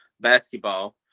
basketball